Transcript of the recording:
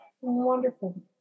Wonderful